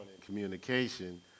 communication